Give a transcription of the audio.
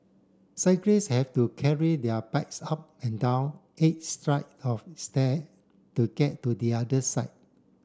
cyclist have to carry their bikes up and down eight of stair to get to the other side